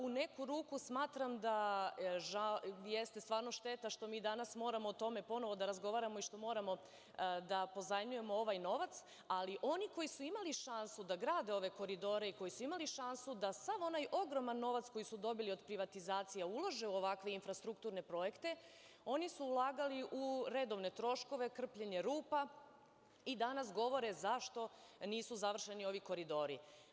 U neku ruku smatram da jeste stvarno šteta što mi danas moramo o tome ponovo da razgovaramo i što moramo da pozajmljujemo ovaj novac, ali oni koji su imali šansu da grade ove koridore, i koji su imali šansu da sav onaj ogroman novac koji su dobili od privatizacija ulažu u ovakve infrastrukturne projekte, oni su ulagali u redovne troškove, krpljenje rupa i danas govore zašto nisu završeni ovi koridori.